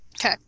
Okay